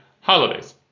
holidays